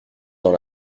dans